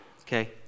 okay